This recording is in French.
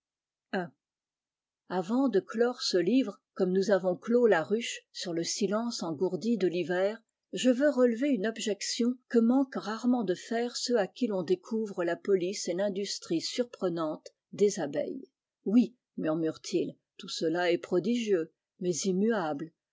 avant de clore ce livre comme nous avons dos la ruche sur le silence engourdi de l'hiver je veux relever une objection que manquent rarement de faire ceux à qui ton découvre la police et l'industrie surprenante des abeilles oui murmurent ils tout cela est prodigieux mais